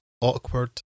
awkward